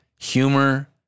humor